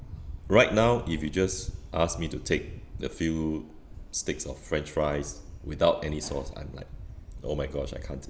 right now if you just ask me to take the few sticks of french fries without any sauce I'm like oh my gosh I can't